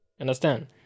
Understand